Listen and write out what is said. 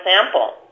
sample